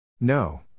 No